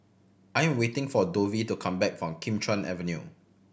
I'm waiting for Dovie to come back from Kim Chuan Avenue